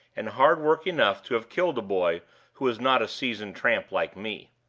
and hard work enough to have killed a boy who was not a seasoned tramp like me.